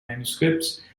manuscripts